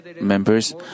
members